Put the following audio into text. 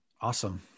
Awesome